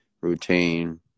routine